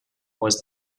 was